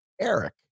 Eric